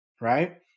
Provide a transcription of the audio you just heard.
right